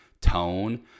tone